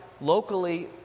locally